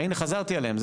הנה, חזרתי עליהם.